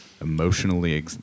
emotionally